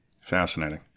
fascinating